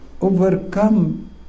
overcome